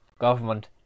government